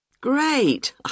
Great